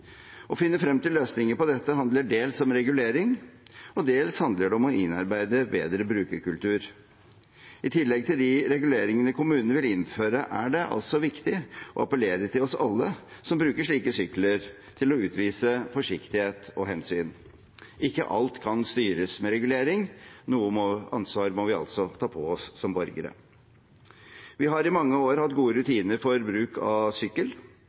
Å finne frem til løsninger på dette handler dels om regulering og dels om å innarbeide en bedre brukerkultur. I tillegg til de reguleringene kommunene vil innføre, er det altså viktig å appellere til alle oss som bruker slike sykler, om å utvise forsiktighet og hensyn. Ikke alt kan styres med regulering, noe ansvar må vi også ta på oss som borgere. Vi har i mange år hatt gode rutiner for bruk av sykkel.